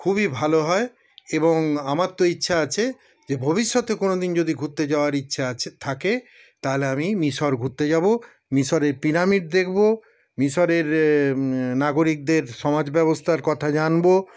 খুবই ভালো হয় এবং আমার তো ইচ্ছা আছে যে ভবিষ্যতে কোনদিন যদি ঘুরতে যাওয়ার ইচ্ছা আছে থাকে তাহলে আমি মিশর ঘুরতে যাব মিশরের পিরামিড দেখব মিশরের নাগরিকদের সমাজব্যবস্থার কথা জানব